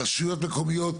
הרשויות המקומיות,